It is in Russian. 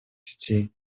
сетей